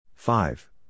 Five